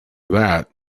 that